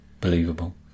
believable